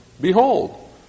Behold